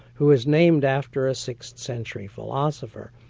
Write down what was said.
who was named after a sixth century philosopher,